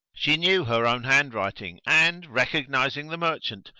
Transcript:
she knew her own handwriting and, recognising the merchant,